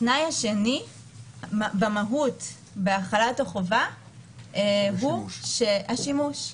התנאי השני במהות בהחלת החובה הוא השימוש.